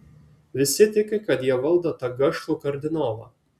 visi tiki kad jie valdo tą gašlų kardinolą